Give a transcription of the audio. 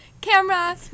camera